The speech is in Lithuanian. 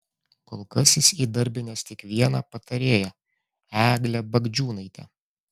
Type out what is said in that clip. kol kas jis įdarbinęs tik vieną patarėją eglę bagdžiūnaitę